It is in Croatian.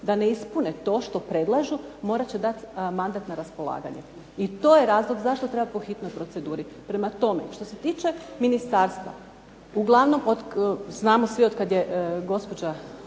da ne ispune to što predlažu, morat će dati mandat na raspolaganje. I to je razlog zašto treba po hitnoj proceduri. Prema tome, što se tiče ministarstva uglavnom znamo svi otkad je gospođa